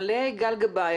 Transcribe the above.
אלמלא גל גבאי,